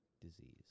disease